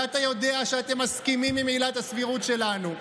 ואתה יודע שאתם מסכימים עם עילת הסבירות שלנו.